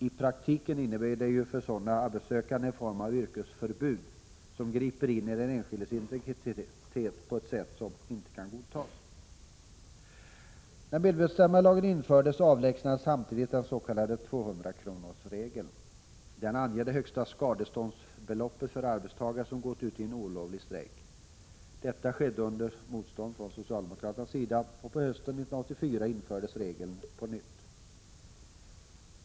I praktiken innebär detta för sådana arbetssökande en form av yrkesförbud, som griper in i den enskildes integritet på ett sätt som inte kan godtas. När medbestämmandelagen infördes avlägsnades samtidigt den s.k. 200-kronorsregeln. Den anger det högsta skadeståndsbeloppet för arbetstagare som har gått ut i en olovlig strejk. Detta skedde under motstånd från socialdemokraterna, och på hösten 1984 infördes regeln på nytt.